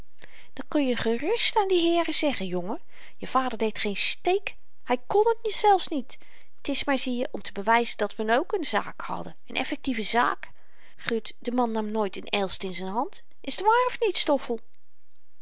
dat kun je gerust aan die heeren zeggen jongen je vader deed geen steek hy kn t zelfs niet t is maar zieje om te bewyzen dat we n ook n zaak hadden n effektieve zaak gut de man nam nooit n elst in z'n hand is t waar of niet stoffel